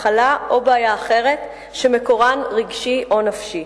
מחלה או בעיה אחרת שמקורן רגשי או נפשי.